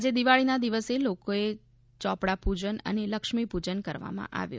આજે દિવાળીના દિવસે લોકોએ યૂપડા પૂજન અને લક્ષ્મીપૂજન કરવામાં આવ્યું